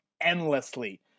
endlessly